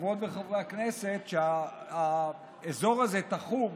חברי וחברות הכנסת, שהאזור הזה תחום